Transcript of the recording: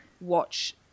watch